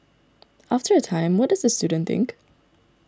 after a time what does the student think